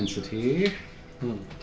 intensity